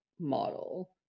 model